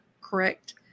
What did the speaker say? correct